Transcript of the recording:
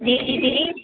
جی جی جی